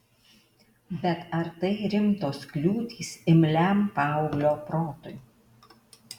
bet ar tai rimtos kliūtys imliam paauglio protui